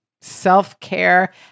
self-care